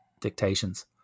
dictations